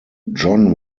john